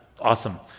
Awesome